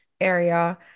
area